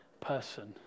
person